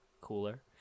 cooler